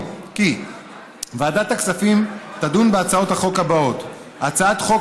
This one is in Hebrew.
כי ועדת הכספים תדון בהצעות החוק הבאות: הצעת חוק